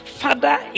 father